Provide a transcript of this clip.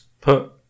put